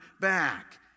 back